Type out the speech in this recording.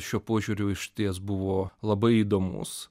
šiuo požiūriu išties buvo labai įdomus